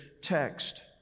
text